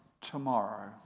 tomorrow